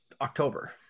October